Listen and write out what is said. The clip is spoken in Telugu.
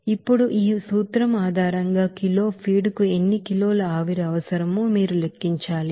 ఇప్పుడు ఈ సూత్రం ఆధారంగా కిలో ఫీడ్ కు ఎన్ని కిలోల ఆవిరి అవసరమో మీరు లెక్కించాలి